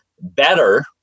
better